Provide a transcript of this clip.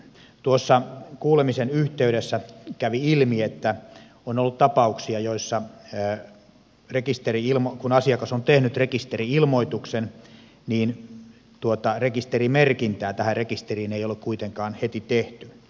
tuossa kuulemisen yhteydessä kävi ilmi että on ollut tapauksia joissa asiakas on tehnyt rekisteri ilmoituksen mutta rekisterimerkintää tähän rekisteriin ei ole kuitenkaan heti tehty